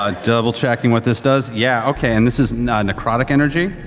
ah double checking what this does. yeah, okay, and this is necrotic energy.